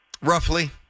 Roughly